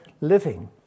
living